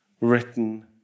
written